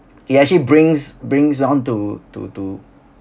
it actually brings brings down to to to